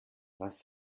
was